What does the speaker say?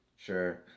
Sure